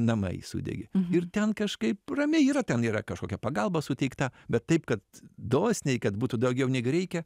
namai sudegė ir ten kažkaip ramiai yra ten yra kažkokia pagalba suteikta bet taip kad dosniai kad būtų daugiau negu reikia